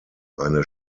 eines